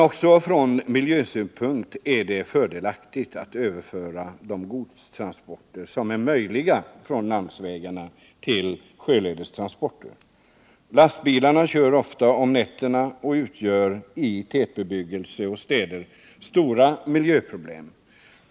Också från miljösynpunkt är det fördelaktigt att, där det är möjligt, ersätta godstransporter på landsvägarna med sjöledes transporter. Lastbilarna kör ofta om nätterna och utgör i tätbebyggelse och städer stora problem.